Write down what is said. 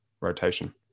rotation